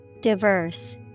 Diverse